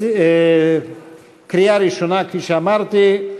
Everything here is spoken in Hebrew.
קריאה ראשונה, כפי שאמרתי.